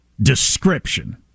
description